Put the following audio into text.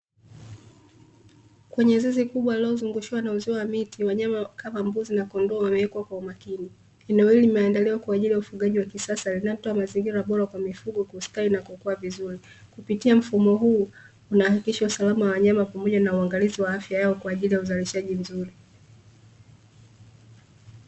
Kwenye zizi kubwa lililozungushiwa na uzio wa miti wanyama kama mbuzi na kondoo wamewekwa kwaumakini, eneo hili limeandaliwa kwa ajili ya ufugaji wa kisasa linalotoa mazingira bora kwa mifugo kustawi na kukua vizuri kupitia mfumo huu unahakikisha usalama wa wanyama pamoja na uangalizi wa afya yao kwa ajili ya uzalishaji mzuri.